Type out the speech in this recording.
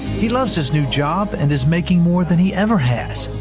he loves his new job and is making more than he ever has,